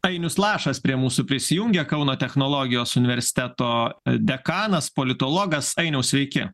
ainius lašas prie mūsų prisijungia kauno technologijos universiteto dekanas politologas ainiau sveiki